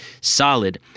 solid